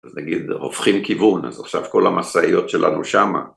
אז נגיד הופכים כיוון, אז עכשיו כל המשאיות שלנו שמה